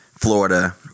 Florida